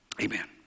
Amen